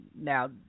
now